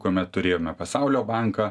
kuomet turėjome pasaulio banką